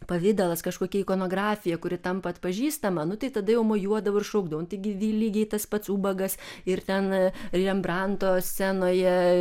pavidalas kažkokia ikonografija kuri tampa atpažįstama nu tai tada jau mojuodavau ir šokdavau taigi lygiai tas pats ubagas ir ten rembranto scenoje